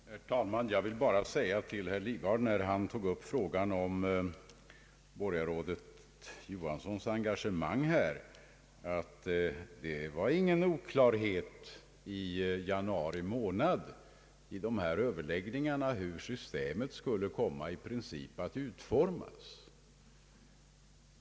Herr talman! Jag vill bara säga till herr Lidgard, när han tog upp frågan om borgarrådet Johanssons engagemang i detta sammanhang, att det inte var någon oklarhet vid dessa överläggningar i januari månad om hur systemet skulle komma att utformas i princip.